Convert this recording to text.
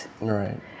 Right